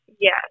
Yes